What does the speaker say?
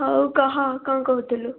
ହଉ କହ କ'ଣ କହୁଥିଲୁ